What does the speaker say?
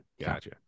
Gotcha